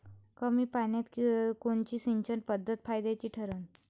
कमी पान्यात कोनची सिंचन पद्धत फायद्याची ठरन?